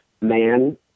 man